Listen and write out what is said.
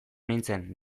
nintzen